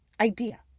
idea